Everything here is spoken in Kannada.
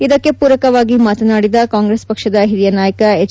ಇದಕ್ಕೆ ಪೂರಕವಾಗಿ ಮಾತನಾಡಿದ ಕಾಂಗ್ರೆಸ್ ಪಕ್ಷದ ಹಿರಿಯ ನಾಯಕ ಎಚ್